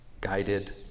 guided